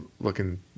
looking